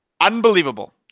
unbelievable